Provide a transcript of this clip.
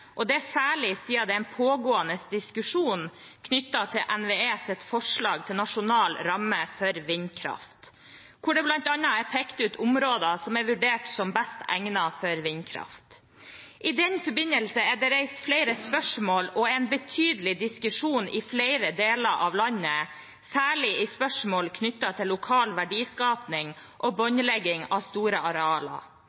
aktuelle, og det særlig siden det er en pågående diskusjon knyttet til NVEs forslag til nasjonal ramme for vindkraft, hvor det bl.a. er pekt ut områder som er vurdert som best egnet for vindkraft. I den forbindelse er det reist flere spørsmål og en betydelig diskusjon i flere deler av landet, særlig i spørsmål knyttet til lokal verdiskaping og